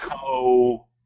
co